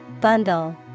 Bundle